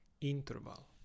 interval